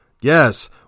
yes